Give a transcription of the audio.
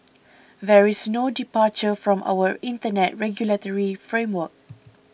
there is no departure from our Internet regulatory framework